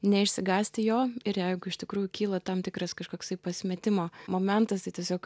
neišsigąsti jo ir jeigu iš tikrųjų kyla tam tikras kažkoksai pasimetimo momentas tiesiog